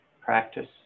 practice